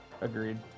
Agreed